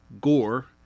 gore